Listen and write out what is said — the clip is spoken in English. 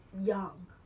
young